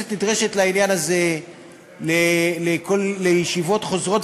הכנסת נדרשת בעניין הזה לישיבות חוזרות